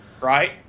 right